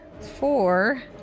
four